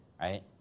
right